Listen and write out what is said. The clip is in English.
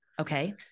Okay